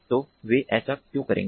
तो वे ऐसा क्यों करेंगे